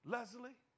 Leslie